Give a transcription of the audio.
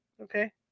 Okay